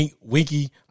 Winky